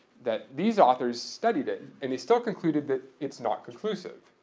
that these authors studied it and they still concluded that it's not conclusive.